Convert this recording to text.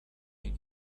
and